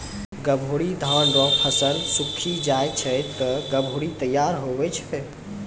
गभोरी धान रो फसल सुक्खी जाय छै ते गभोरी तैयार हुवै छै